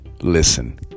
Listen